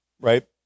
right